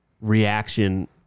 reaction